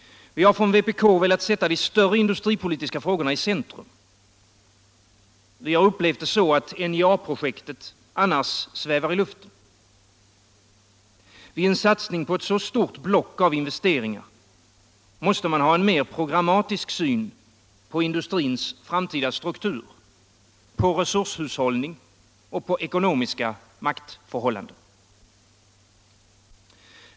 Vi har från vpk velat sätta de större industripolitiska frågorna i centrum. Vi har upplevt det så att NJA-projektet annars svävar i luften. Vid en satsning på ett så stort block av investeringar måste man ha en programmatisk syn på industrins framtida struktur, på resurshushållning och på ekonomiska maktförhållanden.